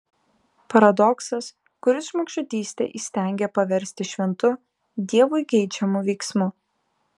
paradoksas kuris žmogžudystę įstengia paversti šventu dievui geidžiamu veiksmu